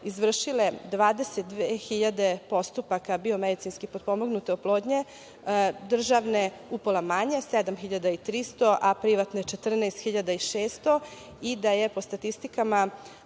izvršile 22 hiljade postupaka biomedicinski potpomognute oplodnje državne upola manje 7.300 a privatne 14.600 i da je po statistikama